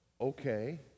okay